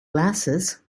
glasses